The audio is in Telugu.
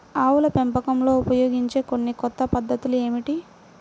ఆవుల పెంపకంలో ఉపయోగించే కొన్ని కొత్త పద్ధతులు ఏమిటీ?